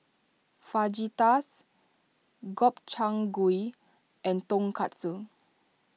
Fajitas Gobchang Gui and Tonkatsu